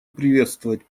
приветствовать